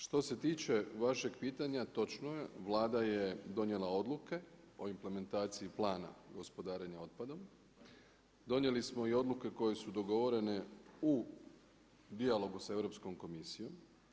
Što se tiče vašeg pitanja točno je, Vlada je donijela odluke o implementaciji plana gospodarenja otpadom, donijeli smo i odluke koje su dogovorene u dijalogu sa Europskom komisijom.